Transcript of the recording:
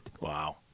Wow